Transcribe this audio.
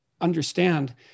understand